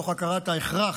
מתוך הכרת ההכרח.